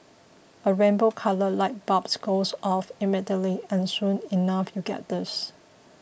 a rainbow coloured light bulb goes off immediately and soon enough you get this